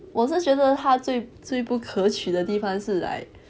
我是觉得他最最不可娶的地方是 like